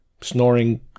snoring